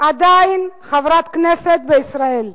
עדיין חברת כנסת בישראל?